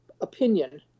opinion